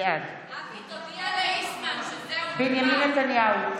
בעד בנימין נתניהו,